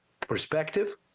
perspective